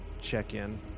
check-in